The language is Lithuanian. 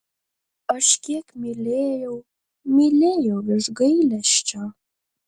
aš kiek mylėjau mylėjau iš gailesčio